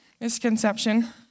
misconception